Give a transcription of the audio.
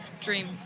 dream